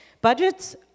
Budgets